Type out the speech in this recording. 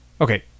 Okay